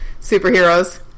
superheroes